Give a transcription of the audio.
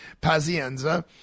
Pazienza